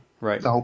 right